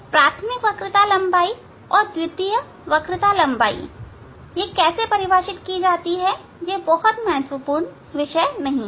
प्राथमिक वक्रता लंबाई और द्वितीय वक्रता लंबाई कैसे परिभाषित की जाती है यह बहुत महत्वपूर्ण नहीं है